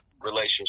relationship